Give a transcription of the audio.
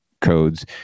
codes